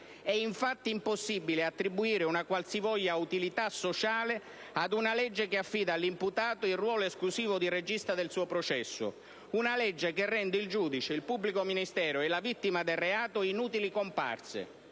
È infatti impossibile attribuire una qualsivoglia utilità sociale ad una legge che affida all'imputato il ruolo di regista esclusivo del suo processo: una legge che rende il giudice, il pubblico ministero e la vittima del reato inutili comparse.